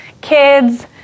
kids